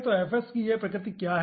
तो की यह प्रकृति क्या है